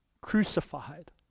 crucified